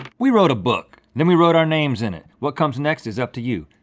we wrote a book, then we wrote our names in it. what comes next is up to you.